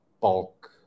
bulk